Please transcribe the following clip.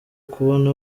kubona